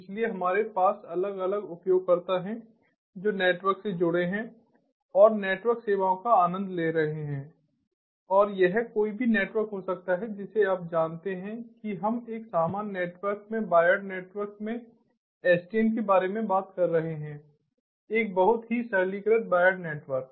इसलिए हमारे पास अलग अलग उपयोगकर्ता हैं जो नेटवर्क से जुड़े हैं और नेटवर्क सेवाओं का आनंद ले रहे हैं और यह कोई भी नेटवर्क हो सकता है जिसे आप जानते हैं कि हम एक सामान्य नेटवर्क में वायर्ड नेटवर्क में SDN के बारे में बात कर रहे हैं एक बहुत ही सरलीकृत वायर्ड नेटवर्क